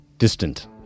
distant